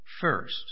first